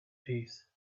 peace